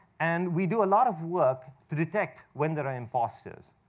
and we do a lot of work to detect when there are impostors.